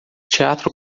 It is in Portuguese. teatro